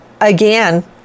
again